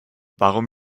warum